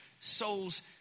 souls